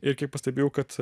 ir kaip pastebėjau kad